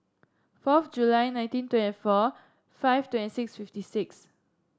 fourth July nineteen twenty four five twenty six fifty six